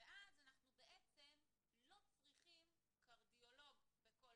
ואז אנחנו בעצם לא צריכים קרדיולוג בכל